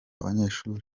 abanyeshuri